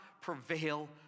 prevail